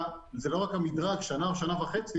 זה לא רק עניין המדרג של שנה או שנה וחצי,